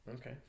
okay